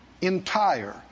Entire